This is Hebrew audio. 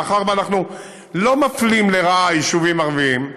מאחר שאנחנו לא מפלים לרעה יישובים ערביים,